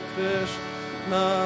Krishna